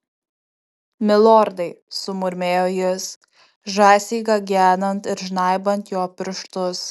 milordai sumurmėjo jis žąsiai gagenant ir žnaibant jo pirštus